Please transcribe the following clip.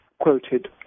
quoted